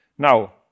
Now